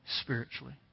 spiritually